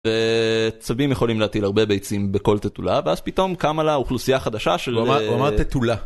צבים יכולים להטיל הרבה ביצים בכל תטולה ואז פתאום קמה לה אוכלוסייה חדשה של רמת תטולה.